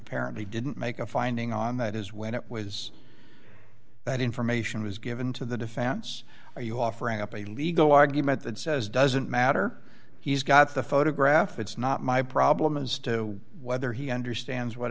apparently didn't make a finding on that is when it was that information was given to the defense are you offering up a legal argument that says doesn't matter he's got the photograph it's not my problem as to whether he understands what